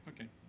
Okay